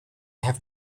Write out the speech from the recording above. have